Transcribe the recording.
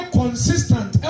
consistent